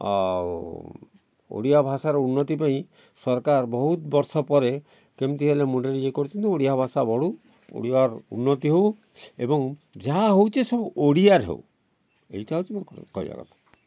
ଆଉ ଓଡ଼ିଆ ଭାଷାର ଉନ୍ନତି ପାଇଁ ସରକାର ବହୁତ ବର୍ଷ ପରେ କେମିତି ହେଲେ ମୁଣ୍ଡରେ ଇଏ କରିଛନ୍ତି ଓଡ଼ିଆ ଭାଷା ବଢ଼ୁ ଓଡ଼ିଆର ଉନ୍ନତି ହେଉ ଏବଂ ଯାହା ହେଉଛି ସବୁ ଓଡ଼ିଆରେ ହେଉ ଏଇଟା ହେଉଛି ମୋର କହିବା କଥା